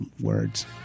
words